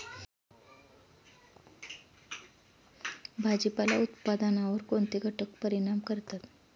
भाजीपाला उत्पादनावर कोणते घटक परिणाम करतात?